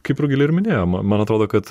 kaip rugilė ir minėjo ma man atrodo kad